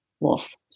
lost